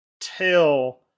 tell